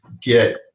get